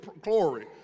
glory